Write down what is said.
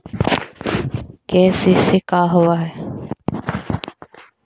KCC का होव हइ?